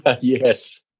Yes